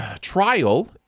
trial